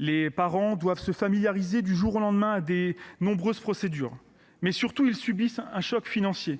Ces parents doivent se familiariser du jour au lendemain avec de nombreuses procédures. Surtout, ils subissent un choc financier